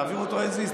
תעביר אותו as is.